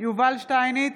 יובל שטייניץ,